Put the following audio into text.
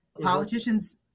Politicians